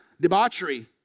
Debauchery